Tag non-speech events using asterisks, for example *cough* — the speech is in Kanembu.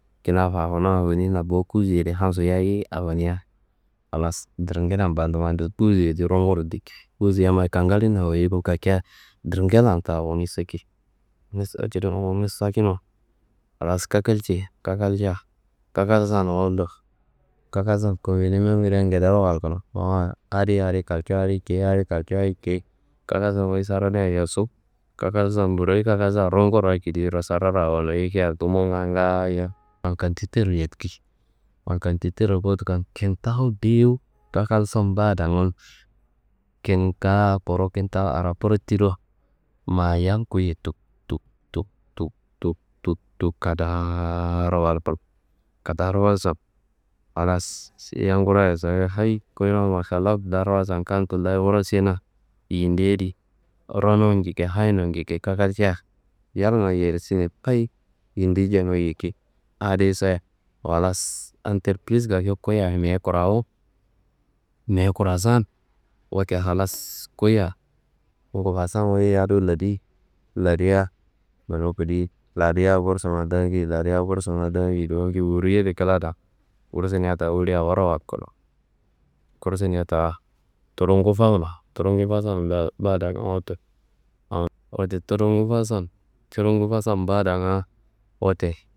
Kina *hesitation* awonina bo kuzi yedi hamsu yayi awonia, halas dringellan baduwu baduwu kuzi yedi runguro diki. Kuzi yammayi kangalin awoyei kakea dringellan ta awoni saki *hesitation* halas kakalcei, kakalja kakalsa bundo kakalsu kominemangedea ngedero walkano mawa adiye adi kake, adi ciyia adi kake, adi ciyi kalasu wu sarania yosu. Kakalsa buroyi kakalsa runguro akediro sararo awoni yikia gumbunga ngaayo ankantite yediki. Ankantitero kodukan kintawu dewu kakalsan mbadangun kintawu kuru kintawu araku tiro ma yal kuyiye tuk tuk tuk tuk tuk tuk tuk kadaaro walkuno. Kadaaro walsa, halas yam ngura soyi, hayi kuyinumma Mašallawu daaro walsan kam tulla wuro sena yindi yedi ronu njike, hayinu njike, kakalcia yalnga yersine. Hayi yindi jenu yiki, adiyi seye, halas antripris kake kuyiya meyi kurawu. Meyi kurasan, wote halas kuyiya ngufusan wuyi yadu ladi. Ladia laduwu kudi ladia gursunga daangi ladia gursunga daangi dowo njo wuri yedo kladan. Gursunia ta woli aworo walkuno, gursunia ta tudu ngufawuno, tudu ngufasan, ba- badanga wote an wote tudu ngufasan, tudu ngufasan badanga wote.